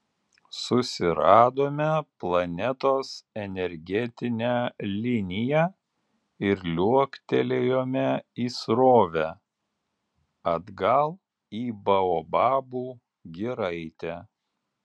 susiradome planetos energetinę liniją ir liuoktelėjome į srovę atgal į baobabų giraitę